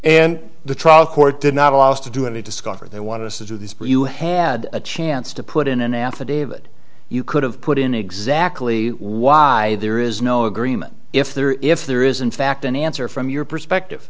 and the trial court did not allow us to do it to discover they wanted us to do this but you had a chance to put in an affidavit you could have put in exactly why there is no agreement if there if there is in fact an answer from your perspective